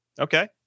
Okay